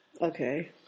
Okay